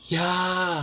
ya